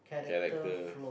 character